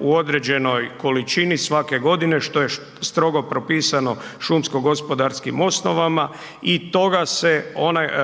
u određenoj količini svake godine što je strogo propisano šumsko-gospodarskim osnovama i toga se državna